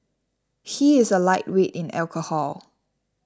he is a lightweight in alcohol